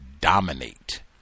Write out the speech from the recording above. dominate